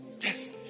yes